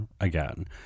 again